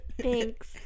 thanks